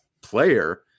player